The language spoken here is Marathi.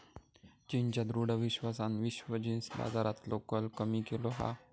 चीनच्या दृढ विश्वासान विश्व जींस बाजारातलो कल कमी केलो हा